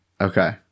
okay